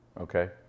okay